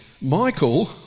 Michael